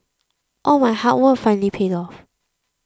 all my hard work finally paid off